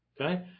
Okay